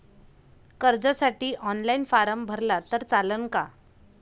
कर्जसाठी online form भरला तर चालन का?